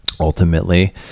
Ultimately